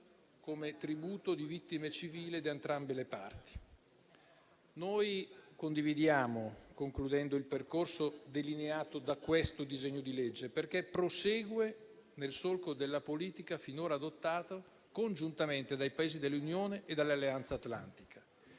come tributo di vittime civili di entrambe le parti. Noi condividiamo il percorso delineato da questo disegno di legge, perché prosegue nel solco della politica finora adottata congiuntamente dai Paesi dell'Unione e dell'Alleanza atlantica,